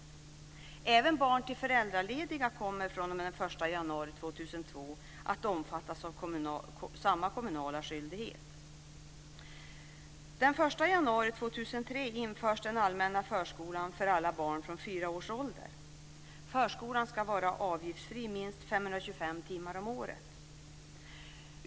Även barn till föräldralediga kommer fr.o.m. den 1 januari 2002 att omfattas av samma kommunala skyldighet. Den 1 januari 2003 införs den allmänna förskolan för alla barn från fyra års ålder. Förskolan ska vara avgiftsfri minst 525 timmar om året.